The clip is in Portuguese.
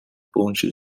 ponte